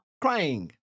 crying